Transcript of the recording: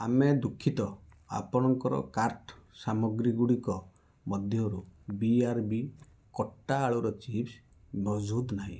ଆମେ ଦୁଃଖିତ ଆପଣଙ୍କର କାର୍ଟ୍ ସାମଗ୍ରୀ ଗୁଡ଼ିକ ମଧ୍ୟରୁ ବି ଆର୍ ବି କଟା ଆଳୁର ଚିପ୍ସ ମହଜୁଦ ନାହିଁ